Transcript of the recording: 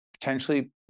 potentially